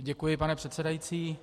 Děkuji, pane předsedající.